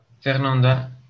Fernanda